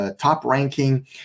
top-ranking